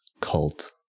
cult